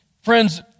Friends